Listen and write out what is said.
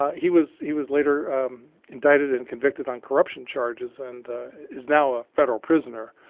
he was he was later indicted and convicted on corruption charges and is now a federal prisoner.